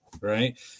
right